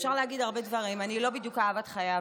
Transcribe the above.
אפשר להגיד הרבה דברים, אני לא בדיוק אהבת חייו.